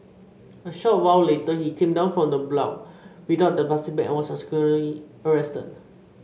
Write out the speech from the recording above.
a short while later he came down from the block without the plastic bag and was subsequently arrested